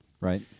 Right